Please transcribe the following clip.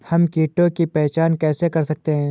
हम कीटों की पहचान कैसे कर सकते हैं?